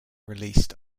released